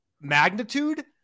magnitude